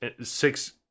six